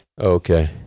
Okay